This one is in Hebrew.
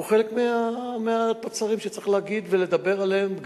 הוא חלק מהתוצרים שצריך להגיד ולדבר עליהם,